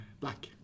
black